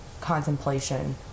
contemplation